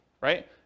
right